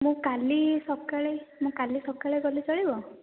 ମୁଁ କାଲି ସକାଳେ ମୁଁ କାଲି ସକାଳେ ଗଲେ ଚଳିବ